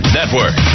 Network